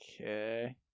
Okay